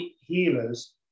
healers